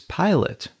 pilot